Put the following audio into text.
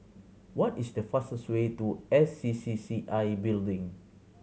what is the fastest way to S C C C I Building